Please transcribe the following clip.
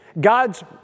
God's